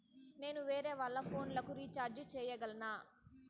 నేను వేరేవాళ్ల ఫోను లకు రీచార్జి సేయగలనా?